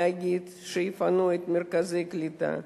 להגיד שיפנו את מרכזי הקליטה,